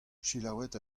selaouit